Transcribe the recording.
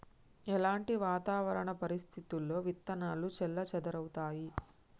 ఎలాంటి వాతావరణ పరిస్థితుల్లో విత్తనాలు చెల్లాచెదరవుతయీ?